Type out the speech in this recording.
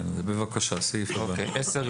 הסעיף הבא.